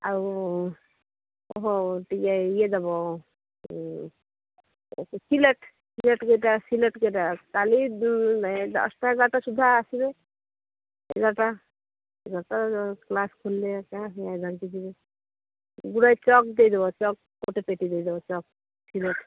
ଆଉ ଓହୋ ଟିକେ ଇଏ ଦେବ ସିଲଟ୍ ସିଲଟ୍ କେତେଟା ସିଲଟ୍ କେତେଟା କାଲି ଦଶଟା ଏଗାରଟା ସୁଦ୍ଧା ଆସିବେ ଏଗାରଟା ଏଗାରଟା କ୍ଲାସ୍ ଖୋଲିଲେ ଧରିକି ଯିବେ ଗୁଡ଼ାଏ ଚକ୍ ଦେଇଦବ ଚକ୍ ଗୁଟେ ପେଟି ଦେଇଦବ ଚକ୍ ସିଲଟ୍